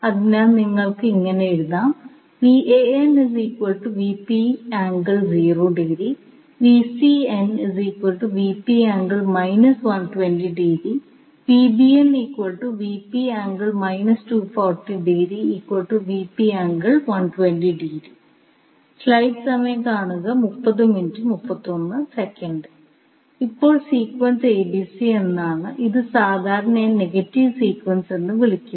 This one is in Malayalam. അതിനാൽ നിങ്ങൾക്ക് ഇങ്ങനെ എഴുതാം ഇപ്പോൾ സീക്വൻസ് abc എന്നാണ് ഇത് സാധാരണയായി നെഗറ്റീവ് സീക്വൻസ് എന്ന് വിളിക്കുന്നു